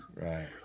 Right